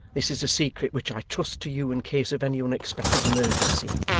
this is a secret which i trust to you in case of any unexpected emergency.